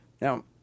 Now